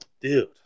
dude